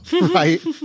Right